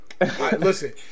Listen